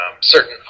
certain